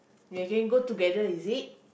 they can go together is it